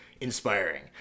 inspiring